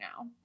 now